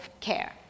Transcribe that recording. care